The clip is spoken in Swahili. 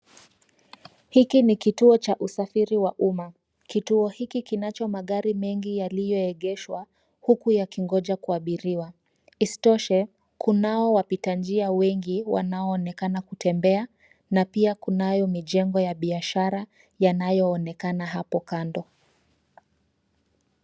Hiki ni kituo cha usafiri wa umma. Kituo hiki kinacho magari mengi yaliyoegeshwa huku yakingoja kuabiriwa. Isitoshe, kunao wapita njia wengi wanaoonekana kutembea na pia kunayo mijengo ya biashara yanayoonekana hapo kando.